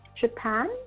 Japan